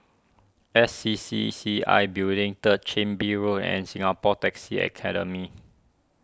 S C C C I Building Third Chin Bee Road and Singapore Taxi Academy